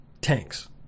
tanks